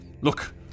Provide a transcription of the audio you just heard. Look